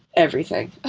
everything.